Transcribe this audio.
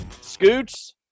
Scoots